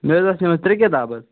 مےٚ حظ ٲس نِمژٕ ترٛےٚ کِتابہٕ